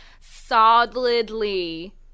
solidly